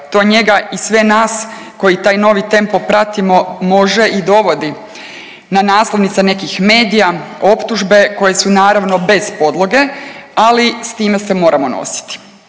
To njega i sve nas koji taj novi tempo pratimo može i dovodi na naslovnice nekih medija, optužbe koje su naravno bez podloge, ali s time se moramo nositi.